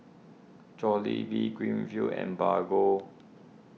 Jollibean Greenfields and Bargo